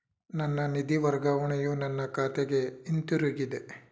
ನನ್ನ ನಿಧಿ ವರ್ಗಾವಣೆಯು ನನ್ನ ಖಾತೆಗೆ ಹಿಂತಿರುಗಿದೆ